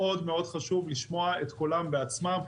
מאוד מאוד חשוב לשמוע את קולן בעצמן,